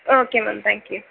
okay ma'am thank you